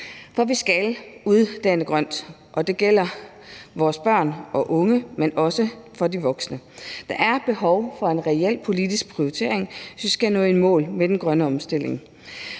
For vi skal uddanne grønt, og det gælder vores børn og unge, men også for de voksne. Der er behov for en reel politisk prioritering, hvis vi skal nå i mål med den grønne omstilling.